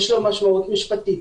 יש לו משמעות משפטית.